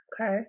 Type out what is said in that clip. okay